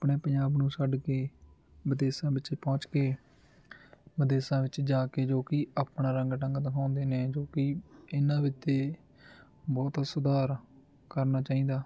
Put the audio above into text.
ਆਪਣੇ ਪੰਜਾਬ ਨੂੰ ਛੱਡ ਕੇ ਵਿਦੇਸ਼ਾਂ ਵਿੱਚ ਪਹੁੰਚ ਕੇ ਵਿਦੇਸ਼ਾਂ ਵਿੱਚ ਜਾ ਕੇ ਜੋ ਕਿ ਆਪਣਾ ਰੰਗ ਢੰਗ ਦਿਖਾਉਂਦੇ ਨੇ ਜੋ ਕਿ ਇਹਨਾਂ ਵਿੱਚ ਤਾਂ ਬਹੁਤ ਸੁਧਾਰ ਕਰਨਾ ਚਾਹੀਦਾ